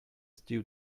stew